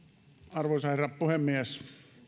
arvoisa herra puhemies